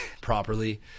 properly